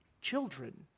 children